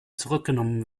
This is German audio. zurückgenommen